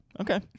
Okay